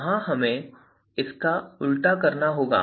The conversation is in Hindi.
वहां हमें इसका उल्टा करना होगा